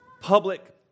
public